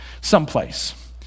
someplace